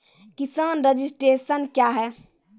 किसान रजिस्ट्रेशन क्या हैं?